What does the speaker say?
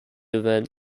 event